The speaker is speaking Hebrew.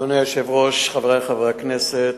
אדוני היושב-ראש, חברי חברי הכנסת,